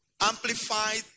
Amplified